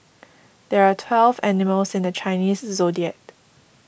there are twelve animals in the Chinese zodiac